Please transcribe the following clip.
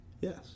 Yes